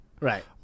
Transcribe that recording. Right